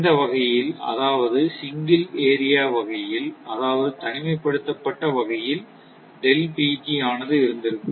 இந்த வகையில் அதாவது சிங்கிள் ஏரியா வகையில் அதாவது தனிமைப்படுத்தப்பட்ட வகையில் ஆனது இருந்திருக்கும்